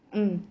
mm